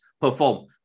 perform